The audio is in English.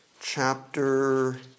chapter